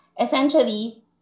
essentially